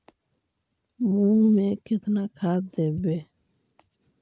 मुंग में केतना खाद देवे?